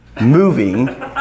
Moving